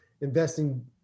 investing